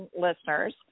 listeners